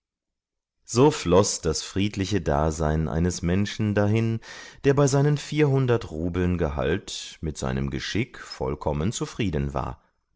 so floß das friedliche dasein eines menschen dahin der bei seinen vierhundert rubeln gehalt mit seinem geschick vollkommen zufrieden war